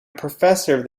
professor